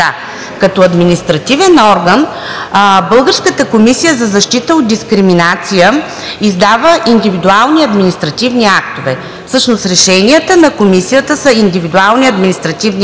Като административен орган българската Комисия за защита от дискриминация издава индивидуални административни актове. Всъщност решенията на Комисията са индивидуални административни актове.